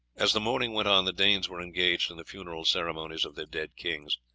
as the morning went on the danes were engaged in the funeral ceremonies of their dead kings,